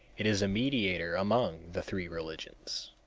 it is a mediator among the three religions.